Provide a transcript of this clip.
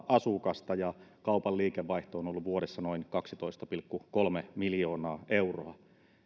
asukasta ja kaupan liikevaihto on ollut vuodessa noin kaksitoista pilkku kolme miljoonaa euroa